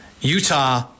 Utah